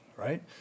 right